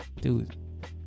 dude